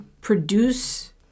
produce